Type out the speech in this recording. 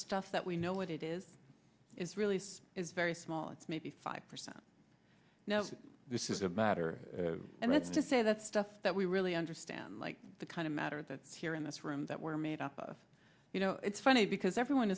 stuff that we know what it is is really is very small it's maybe five percent this is a batter and let's just say that stuff that we really understand like the kind of matter that here in this room that we're made up of you know it's funny because everyone